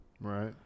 Right